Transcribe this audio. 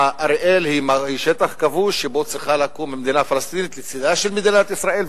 אריאל היא שטח כבוש שבו צריכה לקום מדינה פלסטינית לצדה של מדינת ישראל,